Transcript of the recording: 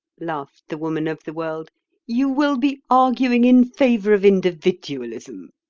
laughed the woman of the world you will be arguing in favour of individualism.